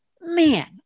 man